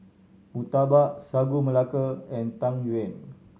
murtabak Sagu Melaka and Tang Yuen